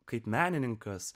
kaip menininkas